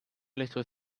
little